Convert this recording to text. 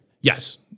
yes